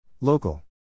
Local